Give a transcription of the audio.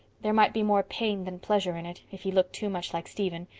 there might be more pain than pleasure in it. if he looked too much like stephen.